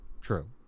True